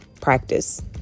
practice